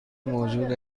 موجود